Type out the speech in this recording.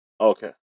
okay